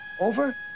Over